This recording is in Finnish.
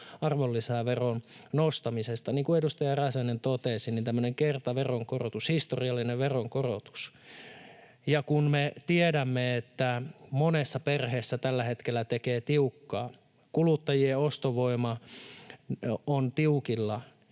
arvonlisäveron nostamisesta. Niin kuin edustaja Räsänen totesi: tämmöinen kertaveronkorotus, historiallinen veronkorotus. Ja kun me tiedämme, että monessa perheessä tällä hetkellä tekee tiukkaa, kuluttajien ostovoima on tiukilla,